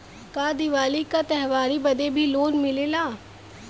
का दिवाली का त्योहारी बदे भी लोन मिलेला?